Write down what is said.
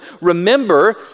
remember